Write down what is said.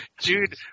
Dude